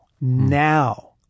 now